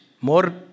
more